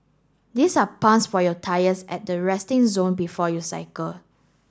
these are pumps for your tyres at the resting zone before you cycle